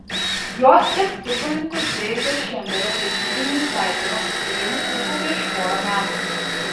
jos ir futbolininko deivido šembero vedybiniai saitai oficialiai nutrūko prieš porą metų